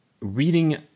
reading